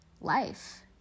life